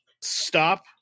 stop